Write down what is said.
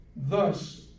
thus